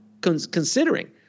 considering